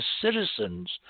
citizens